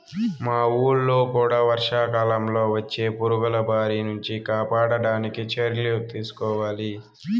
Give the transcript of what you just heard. మా వూళ్ళో కూడా వర్షాకాలంలో వచ్చే పురుగుల బారి నుంచి కాపాడడానికి చర్యలు తీసుకోవాల